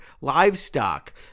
livestock